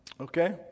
okay